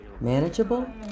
Manageable